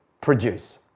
produce